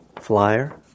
Flyer